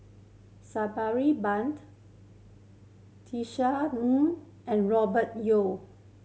Sabri Buang Tisa Ng and Robert Yeo